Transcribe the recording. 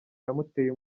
yamuteye